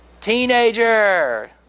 Teenager